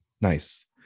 Nice